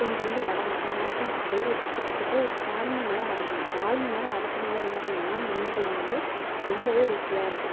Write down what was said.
கொஞ்சோண்டு வடகம் எல்லாத்தையும் போட்டு ஒரு கிட்டத்தட்ட ஒரு கால் மணி நேரம் வதக்கணும் கால் மணி நேரம் வதக்கினாலே என்ன பண்ணுன்னால் அந்த மீன் குழம்பு வந்து ரொம்பவே ருசியாயிருக்கும்